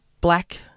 black